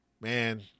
man